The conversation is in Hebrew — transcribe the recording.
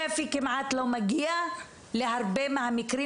שפ"י כמעט לא מגיע להרבה מהמקרים,